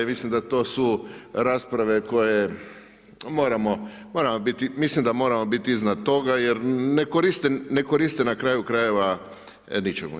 Mislim da to su rasprave koje moramo, mislim da moramo biti iznad toga jer ne koriste na kraju krajeva ničemu.